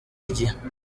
igihe